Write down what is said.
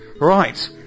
Right